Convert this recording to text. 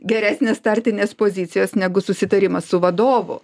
geresnės startinės pozicijos negu susitarimas su vadovu